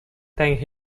thanked